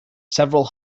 several